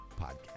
podcast